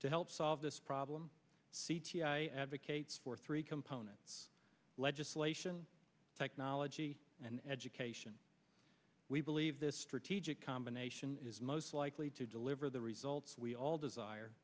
to help solve this problem c g i advocates for three components legislation technology and education we believe this strategic combination is most likely to deliver the results we all desire